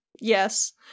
yes